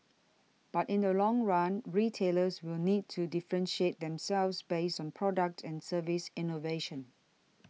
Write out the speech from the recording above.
but in the long run retailers will need to differentiate themselves based on product and service innovation